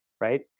Right